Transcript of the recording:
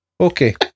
Okay